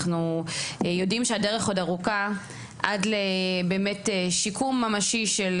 אנחנו יודעים שהדרך עד לשיקום ממשי של